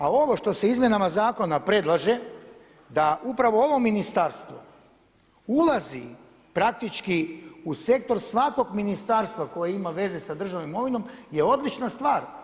A ovo što se izmjenama zakona predlaže, da upravo ovo ministarstvo ulazi praktički sektor svakog ministarstva koje ima veze sa državnom imovinom je odlična stvar.